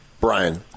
Brian